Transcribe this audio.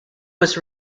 was